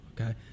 Okay